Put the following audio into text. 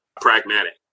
pragmatic